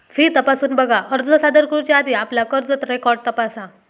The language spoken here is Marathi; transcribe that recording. फी तपासून बघा, अर्ज सादर करुच्या आधी आपला कर्ज रेकॉर्ड तपासा